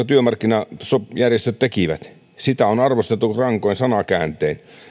työmarkkinajärjestöt tekivät sitä on arvosteltu rankoin sanakääntein niin